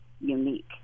unique